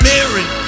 Mary